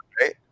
right